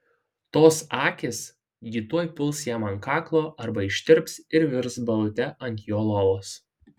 tos akys ji tuoj puls jam ant kaklo arba ištirps ir virs balute ant jo lovos